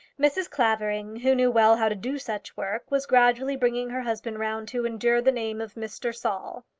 mrs. clavering, who knew well how to do such work, was gradually bringing her husband round to endure the name of mr. saul.